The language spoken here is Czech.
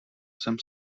jsem